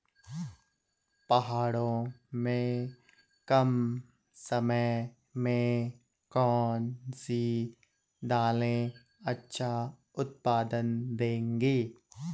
पहाड़ों में कम समय में कौन सी दालें अच्छा उत्पादन देंगी?